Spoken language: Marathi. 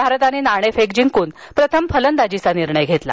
भारतान नाणेफेक जिंकून प्रथम फलंदाजीचा निर्णय घेतला